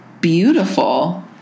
beautiful